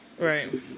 Right